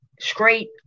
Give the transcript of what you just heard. straight